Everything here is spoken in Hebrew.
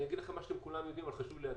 אני אגיד משהו שכולם יודעים אבל חשוב לי להדגיש,